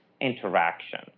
interaction